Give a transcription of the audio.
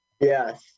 yes